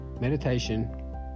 meditation